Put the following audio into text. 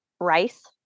rice